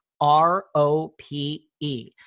R-O-P-E